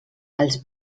els